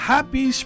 Happy